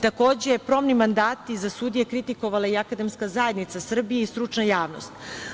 Takođe, probni mandati za sudije kritikovala je i Akademska zajednica Srbije i stručna javnost.